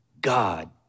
God